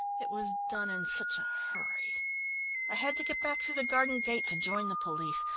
it was done in such a hurry i had to get back through the garden gate to join the police.